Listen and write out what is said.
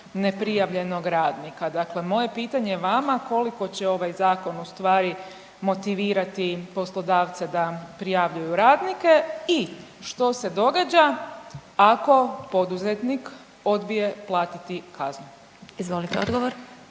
neprijavljenog radnika. Dakle, moje pitanje vama koliko će ovaj zakon motivirati poslodavce da prijavljuju radnike? I što se događa ako poduzetnik odbije platiti kaznu? **Glasovac,